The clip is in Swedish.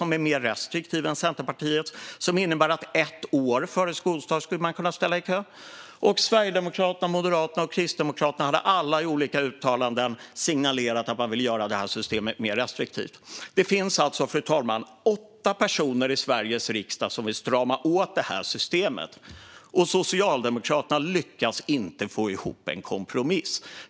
Den är mer restriktiv än Centerpartiets och innebär att ett år före skolstart skulle man kunna ställa i kö. Sverigedemokraterna, Moderaterna och Kristdemokraterna hade alla i olika uttalanden signalerat att de ville göra det här systemet mer restriktivt. Det finns alltså, fru talman, åtta partier i Sveriges riksdag som vill strama åt det här systemet - och Socialdemokraterna lyckas inte få ihop en kompromiss.